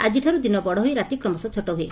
ଆଜିଠାରୁ ଦିନ ବଡ଼ ହୋଇ ରାତି କ୍ରମଶଃ ଛୋଟ ହୁଏ